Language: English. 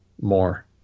more